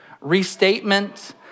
restatement